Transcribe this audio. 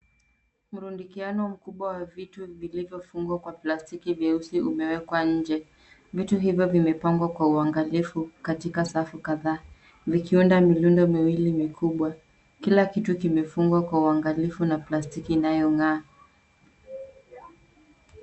Urundikiano mkubwa wa vitu vilivyofungwa kwa plastiki vyeusi, umewekwa nje. Vitu hivyo vimepangwa kwa uangalifu katika safu kadhaa, vikiunda mirundo miwili mikubwa. Kila kitu kimefungwa kwa uangalifu na plastiki inayong'aa.